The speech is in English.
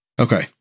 okay